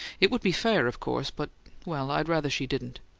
it would be fair, of course, but well, i'd rather she didn't!